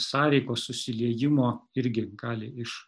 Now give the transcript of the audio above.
sąveikos susiliejimo irgi gali iš